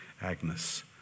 Agnes